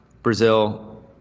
Brazil